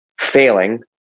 failing